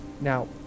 Now